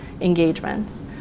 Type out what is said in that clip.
engagements